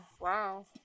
wow